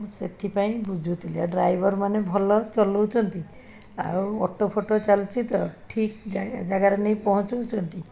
ମୁଁ ସେଥିପାଇଁ ବୁଝୁଥିଲି ଆଉ ଡ୍ରାଇଭର୍ ମାନେ ଭଲ ଚଲାଉଛନ୍ତି ଆଉ ଅଟୋ ଫଟୋ ଚାଲିଛି ତ ଠିକ୍ ଜାଗା ଜାଗାରେ ନେଇ ପହଞ୍ଚାଉଛନ୍ତି